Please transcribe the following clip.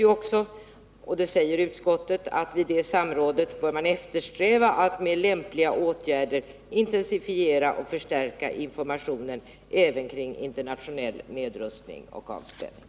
Utskottet säger också att man vid det samrådet bör eftersträva att med lämpliga åtgärder intensifiera och förstärka informationen även kring internationell nedrustning och avspänning.